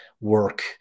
work